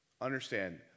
Understand